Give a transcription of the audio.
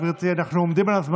אנחנו לא סופרים אתכם,